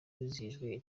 wizihirijwe